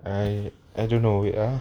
I I don't know wait ah